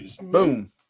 Boom